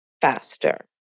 faster